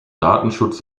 datenschutz